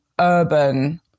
urban